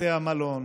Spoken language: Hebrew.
בתי המלון